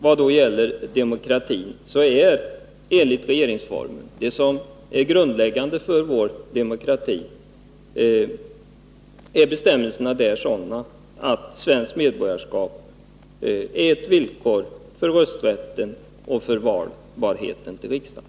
Vad beträffar demokratin är bestämmelserna i regeringsformen, som är grundläggande för vår demokrati, sådana att svenskt medborgarskap är ett villkor för rösträtten och för valbarheten till riksdagen.